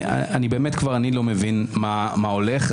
אני לא מבין מה הולך.